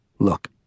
Look